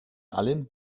allen